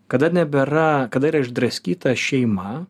kada nebėra kada yra išdraskyta šeima